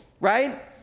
right